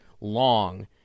long